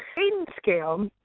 braden scale